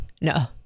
no